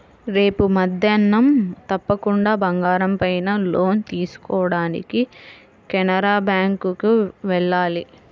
రేపు మద్దేన్నం తప్పకుండా బంగారం పైన లోన్ తీసుకోడానికి కెనరా బ్యేంకుకి వెళ్ళాలి